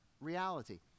reality